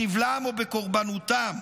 בסבלם ובקורבנותם.